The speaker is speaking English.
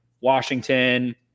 Washington